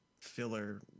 filler